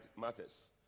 matters